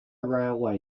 railway